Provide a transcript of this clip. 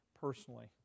personally